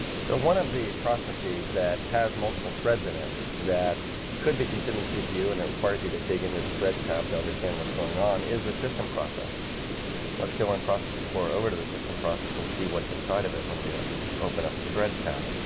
so one of the processes that has multiple threads in it that could be consuming cpu and that requires you to dig into the threads tab to understand what's going on is the system process let's go and process explore over to the system process and see what's what's inside of it when we open up the threads tab